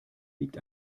liegt